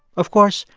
of course,